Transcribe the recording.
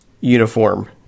uniform